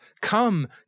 Come